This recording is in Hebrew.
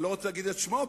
אני לא רוצה להגיד את שמו,